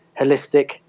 holistic